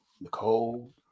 Nicole